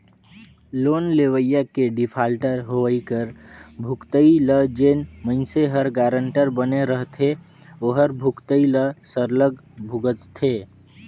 loan लेवइया के defaulter होवई कर भुगतई ल जेन मइनसे हर गारंटर बने रहथे ओहर भुगतई ल सरलग भुगतथे